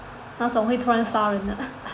那种会突然杀人的